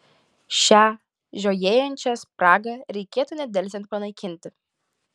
šią žiojėjančią spragą reikėtų nedelsiant panaikinti